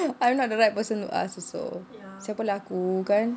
I am not the right person to ask also siapa lah aku kan